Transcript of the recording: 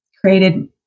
created